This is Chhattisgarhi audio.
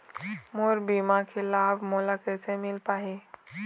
मोर बीमा के लाभ मोला कैसे मिल पाही?